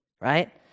right